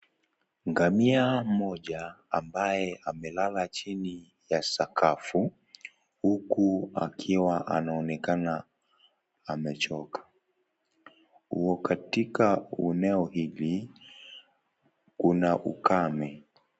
Ngamia mmoja ambaye amelala chini ya sakafu huku akiwa anaonekana amechoka katika ueneo hiki kuna ukame.